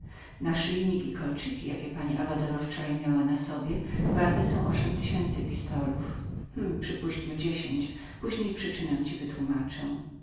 naszyjnik i kolczyki jakie pani avadoro wczoraj miała na sobie warte są między braćmi ośm tysięcy pistolów położymy dziesięć później przyczynę ci wytłumaczę